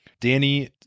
Danny